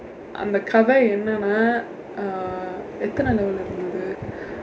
அந்த கதை என்னன்னா:andtha kathai enannaa uh எத்தனை:eththanai level இருந்தது:irundthathu